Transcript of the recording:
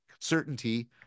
Certainty